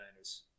49ers